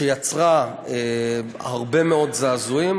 שיצרה הרבה מאוד זעזועים.